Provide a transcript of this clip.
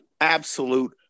absolute